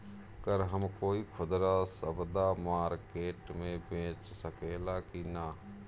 गर हम कोई खुदरा सवदा मारकेट मे बेच सखेला कि न?